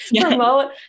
Promote